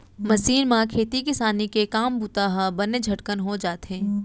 machine म खेती किसानी के काम बूता ह बने झटकन हो जाथे